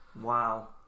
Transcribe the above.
Wow